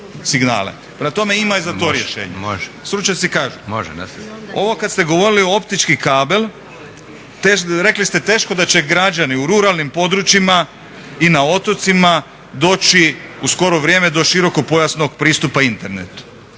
stručnjaci kažu. Ovo kad ste govorili optički kabel, rekli ste teško da će građani u ruralnim područjima i na otocima doći u skoro vrijeme do širokopojasnog pristupa internetu.